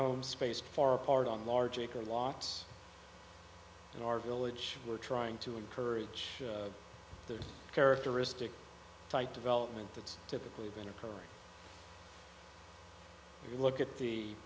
homes face far apart on large acre lots in our village we're trying to encourage the characteristic type development that's typically been occurring look at the